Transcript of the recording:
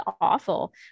awful